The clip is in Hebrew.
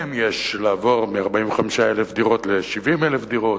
שביניהם יש, לעבור מ-45,000 דירות ל-70,000 דירות,